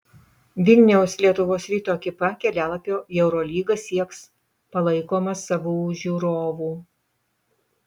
vilniaus lietuvos ryto ekipa kelialapio į eurolygą sieks palaikoma savų žiūrovų